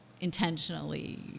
intentionally